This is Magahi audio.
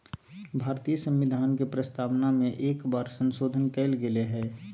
भारतीय संविधान के प्रस्तावना में एक बार संशोधन कइल गेले हइ